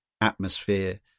atmosphere